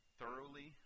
thoroughly